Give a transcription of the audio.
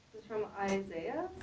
from isaias.